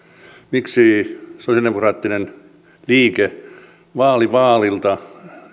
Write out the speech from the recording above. miksi sosiaalidemokraattinen liike vaali vaalilta